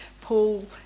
Paul